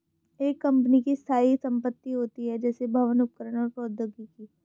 एक कंपनी की स्थायी संपत्ति होती हैं, जैसे भवन, उपकरण और प्रौद्योगिकी